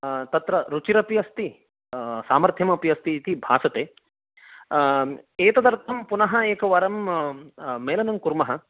तत्र रुचिरपि अस्ति सामर्थमपि अस्ति भासते एतदर्थं पुनः एकवारं मेलनं कुर्मः